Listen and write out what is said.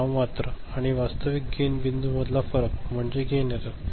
नाममात्र आणि वास्तविक गेन बिंदूंमधला फरक म्हणजे गेन एरर असतो